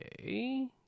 Okay